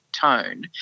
tone